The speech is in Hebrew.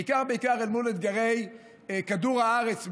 בעיקר אל מול אתגרי כדור הארץ,